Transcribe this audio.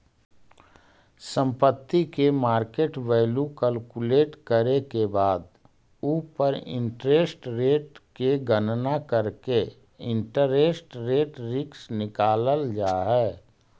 संपत्ति के market value calculate करे के बाद उ पर इंटरेस्ट रेट के गणना करके इंटरेस्ट रेट रिस्क निकालल जा हई